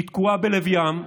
היא תקועה בלב ים,